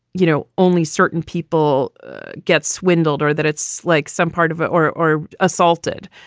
you know, only certain people get swindled or that it's like some part of it or or assaulted,